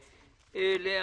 נמנע?